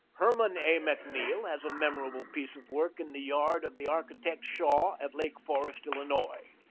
hermon a. macneil has a memorable piece of work in the yard of the architect shaw, at lake forest, illinois.